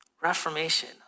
Reformation